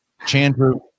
Chandru